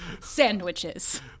Sandwiches